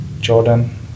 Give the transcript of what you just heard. Jordan